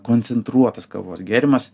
koncentruotas kavos gėrimas